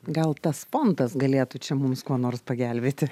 gal tas fondas galėtų čia mums kuo nors pagelbėti